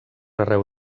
arreu